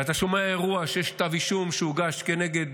אתה שומע על אירוע שיש כתב אישום שהוגש כנגד